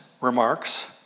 remarks